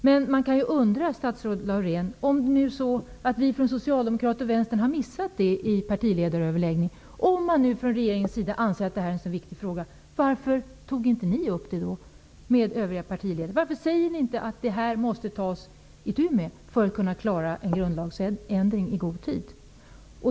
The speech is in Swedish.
Men man kan undra, statsrådet Laurén, om nu vi från Socialdemokraterna och vänstern i partiledaröverläggningen har missat att regeringen anser att det här är en sådan viktig fråga, varför tog inte ni upp den då med övriga partiledare? Varför säger ni inte att det här måste tas itu med för att man skall kunna klara en grundlagsändring i god tid.